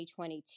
2022